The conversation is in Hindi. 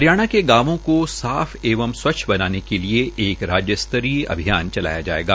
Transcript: हरियाणा के गांवों को साफ एवं स्वच्छ बनाने के लिए एक राज्य स्तरीय अभियान चलाया जाएगा